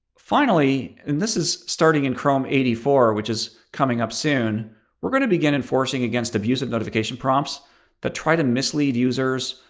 finally and this is starting in chrome eighty four, which is coming up soon we're going to begin enforcing against abusive notification prompts that try to mislead users,